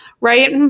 right